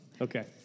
Okay